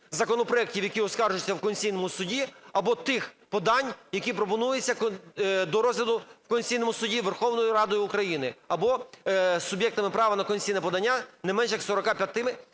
законопроектів, які оскаржуються в Конституційному Суді, або тих подань, які пропонується до розгляду в Конституційному Суді Верховною Радою України або суб'єктами права на конституційне подання, не менше як 45